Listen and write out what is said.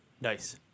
Nice